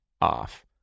off